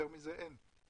יותר מזה אין.